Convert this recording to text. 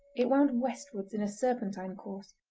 it wound westwards in a serpentine course,